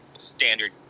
standard